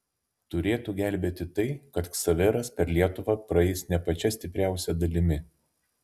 turėtų gelbėti tai kad ksaveras per lietuvą praeis ne pačia stipriausia dalimi